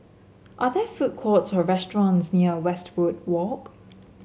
are there food courts or restaurants near Westwood Walk